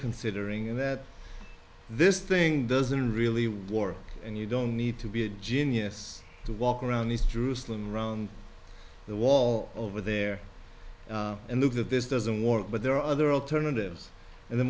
considering and that this thing doesn't really work and you don't need to be a genius to walk around these jerusalem around the wall over there and look that this doesn't work but there are other alternatives and the